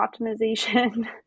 optimization